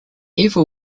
evil